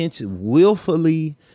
willfully